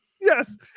yes